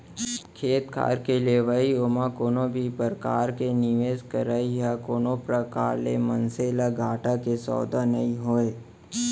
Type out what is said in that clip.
खेत खार के लेवई ओमा कोनो भी परकार के निवेस करई ह कोनो प्रकार ले मनसे ल घाटा के सौदा नइ होय